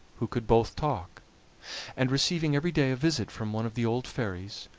who could both talk and receiving every day a visit from one of the old fairies,